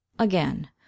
again